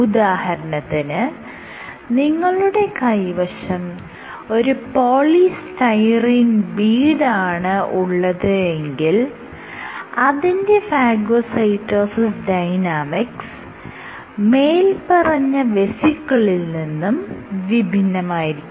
ഉദാഹരണത്തിന് നിങ്ങളുടെ കൈവശം ഒരു പോളിസ്റ്റൈറീൻ ബീഡാണ് ഉള്ളത് എങ്കിൽ അതിന്റെ ഫാഗോസൈറ്റോസിസ് ഡൈനാമിക്സ് മേല്പറഞ്ഞ വെസിക്കിളിൽ നിന്നും വിഭിന്നമായിരിക്കും